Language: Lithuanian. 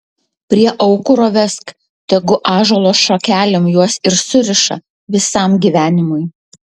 prie aukuro vesk tegu ąžuolo šakelėm juos ir suriša visam gyvenimui